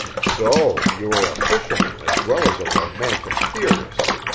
so you are a fisherman as well as a romantic theorist!